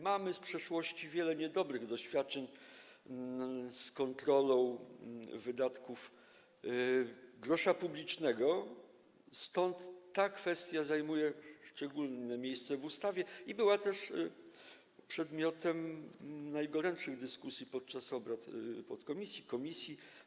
Mamy z przeszłości wiele niedobrych doświadczeń z kontrolą wydatkowania grosza publicznego, stąd ta kwestia zajmuje szczególne miejsce w ustawie i była przedmiotem najgorętszych dyskusji podczas obrad podkomisji i komisji.